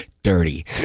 Dirty